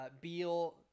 Beal